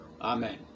Amen